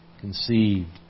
conceived